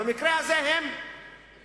במקרה הזה הם פיצו,